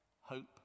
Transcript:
hope